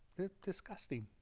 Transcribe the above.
disgusting